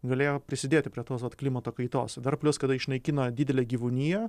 galėjo prisidėti prie tos vat klimato kaitos dar plius kada išnaikino didelę gyvūniją